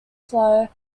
slough